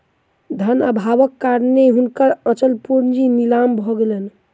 धन अभावक कारणेँ हुनकर अचल पूंजी नीलाम भ गेलैन